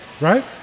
right